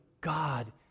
God